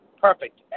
perfect